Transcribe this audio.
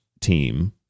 team